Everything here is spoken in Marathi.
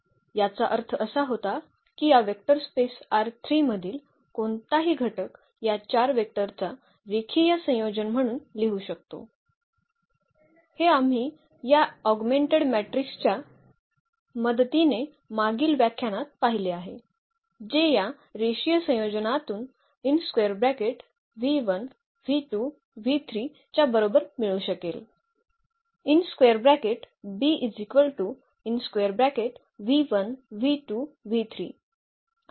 याचा अर्थ असा होता की या वेक्टर स्पेस मधील कोणताही घटक या 4 वेक्टरचा रेखीय संयोजन म्हणून लिहू शकतो हे आम्ही या ऑगमेंटेड मट्रिक्सच्या मदतीने मागील व्याख्यानात पाहिले आहे जे या रेषीय संयोजनातून च्या बरोबर मिळू शकेल